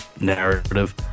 narrative